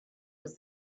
was